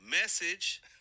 Message